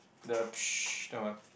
the that one